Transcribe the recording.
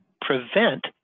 prevent